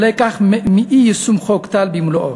כלקח מאי-יישום חוק טל במלואו.